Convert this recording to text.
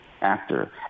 actor